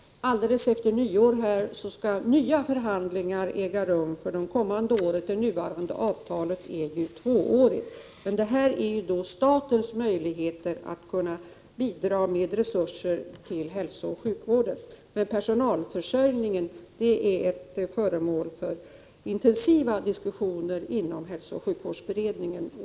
Alldeles efter nyår skall förhandlingar äga rum för 1989. Det nuvarande avtalet är tvåårigt. Detta avgör statens möjligheter att bidra med resurser till hälsooch sjukvården. Personalförsörjningen är föremål för intensiva diskussioner inom hälsooch sjukvårdsberedningen.